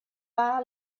far